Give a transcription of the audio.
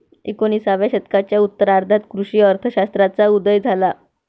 एकोणिसाव्या शतकाच्या उत्तरार्धात कृषी अर्थ शास्त्राचा उदय झाला